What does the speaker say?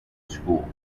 school